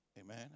Amen